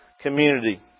community